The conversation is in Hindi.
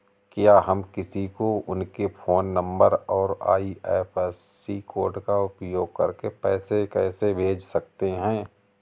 क्या हम किसी को उनके फोन नंबर और आई.एफ.एस.सी कोड का उपयोग करके पैसे कैसे भेज सकते हैं?